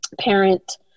parent